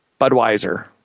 Budweiser